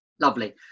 Lovely